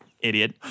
idiot